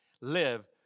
live